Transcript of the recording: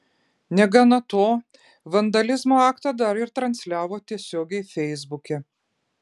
negana to vandalizmo aktą dar ir transliavo tiesiogiai feisbuke